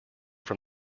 from